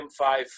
m5